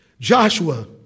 Joshua